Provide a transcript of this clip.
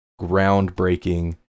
groundbreaking